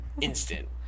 instant